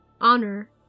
honor